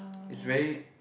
is very